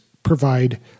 provide